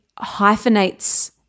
hyphenates